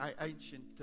ancient